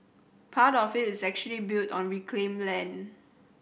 part of it is actually built on reclaimed land